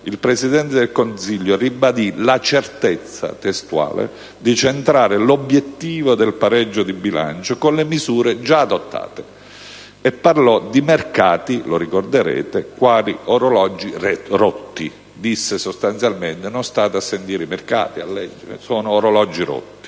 il Presidente del Consiglio ribadì la certezza - cito testualmente - "di centrare l'obiettivo del pareggio di bilancio con le misure già adottate" e parlò di mercati - lo ricorderete - quali orologi rotti. Disse sostanzialmente di non sentire i mercati in quanto orologi rotti.